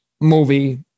movie